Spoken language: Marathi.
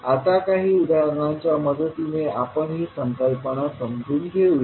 आता काही उदाहरणांच्या मदतीने आपण ही संकल्पना समजून घेऊया